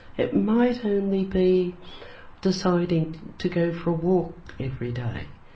it might only be deciding to go for a walk every day,